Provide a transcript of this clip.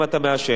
אם אתה מעשן,